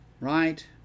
Right